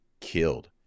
killed